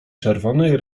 czerwonej